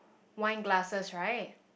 wine glasses right